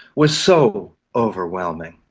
was so overwhelming.